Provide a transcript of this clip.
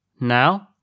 Now